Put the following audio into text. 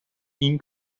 این